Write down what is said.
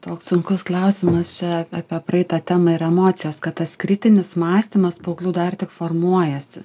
toks sunkus klausimas čia apie praeitą temą ir emocijas kad tas kritinis mąstymas paauglių dar tik formuojasi